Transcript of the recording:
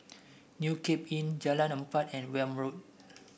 New Cape Inn Jalan Empat and Welm Road